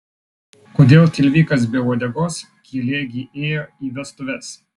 kodėl tilvikas be uodegos kielė gi ėjo į vestuves